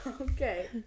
Okay